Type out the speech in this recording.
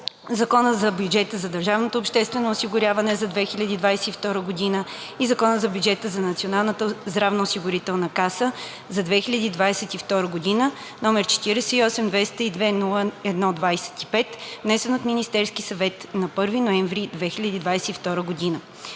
Закона за бюджета на държавното обществено осигуряване за 2022 г. и Закона за бюджета на Националната здравноосигурителна каса за 2022 г., № 48-202-01-25, внесен от Министерския съвет на 1 ноември 2022 г.“